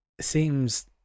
seems